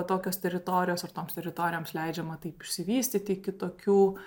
tokios teritorijos ar toms teritorijoms leidžiama taip išsivystyti iki tokių